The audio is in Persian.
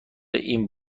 این